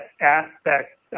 aspects